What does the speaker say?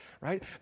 Right